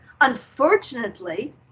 Unfortunately